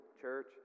church